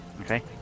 Okay